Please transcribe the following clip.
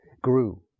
grew